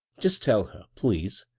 just tell her, please,